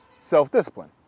self-discipline